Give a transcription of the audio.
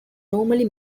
normally